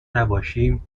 نباشی